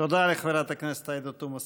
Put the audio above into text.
תודה לחברת הכנסת עאידה תומא סלימאן.